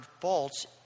faults